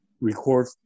record